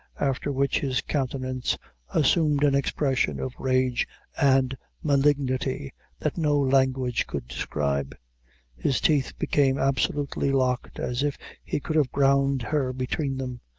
after which his countenance assumed an expression of rage and malignity that no language could describe his teeth became absolutely locked, as if he could have ground her between them,